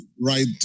right